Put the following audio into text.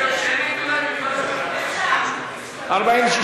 הציוני לסעיף 1 לא נתקבלה.